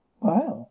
Wow